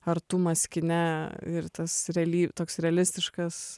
artumas kine ir tas realytoks realistiškas